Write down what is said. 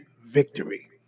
victory